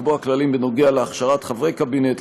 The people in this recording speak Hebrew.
לקבוע כללים בנוגע להכשרת חברי הקבינט,